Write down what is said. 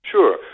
Sure